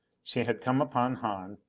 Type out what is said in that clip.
she had come upon hahn.